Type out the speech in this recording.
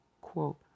quote